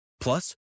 Plus